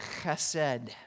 chesed